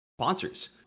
sponsors